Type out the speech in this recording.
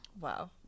Wow